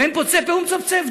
ואין פוצה פה ומצפצף.